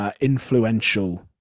Influential